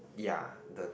ya the